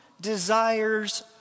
desires